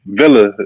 villa